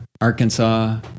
Arkansas